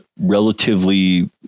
relatively